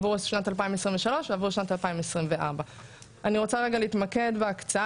עבור שנת 2023 ועבור שנת 2024. אני רוצה רגע להתמקד בהקצאה